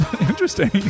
Interesting